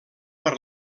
per